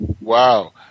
Wow